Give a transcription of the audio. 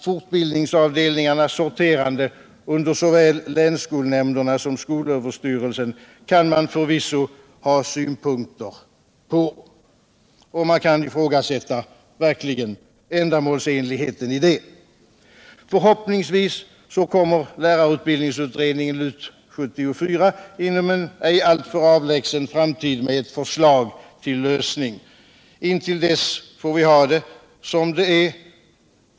Fortbildningsavdelningarnas sorterande under såväl länsskolnämnderna som skolöverstyrelsen kan man förvisso ha synpunkter på. Man kan verkligen ifrågasätta det ändamålsenliga i det. Förhoppningsvis kommer lärarutbildningsutredningen, LUT 74, inom en ej alltför avlägsen framtid med ett förslag till lösning. Till dess får vi ha det som det är.